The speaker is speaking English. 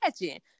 imagine